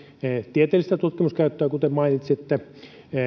tieteellistä tutkimuskäyttöä kuten mainitsitte